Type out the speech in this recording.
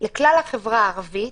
החברה הערבית,